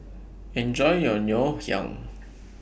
Enjoy your Ngoh Hiang